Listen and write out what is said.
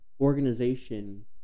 organization